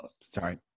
Sorry